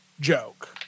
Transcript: joke